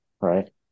right